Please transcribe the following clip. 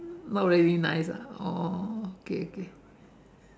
not really nice ah oh okay okay